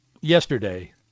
yesterday